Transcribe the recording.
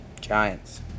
Giants